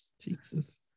jesus